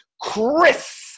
Chris